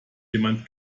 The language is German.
jemand